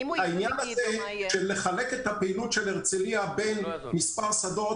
העניין הזה של חלוקת הפעילות של הרצליה בין מספר שדות,